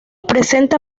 presenta